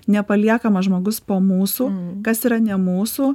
nepaliekamas žmogus po mūsų kas yra ne mūsų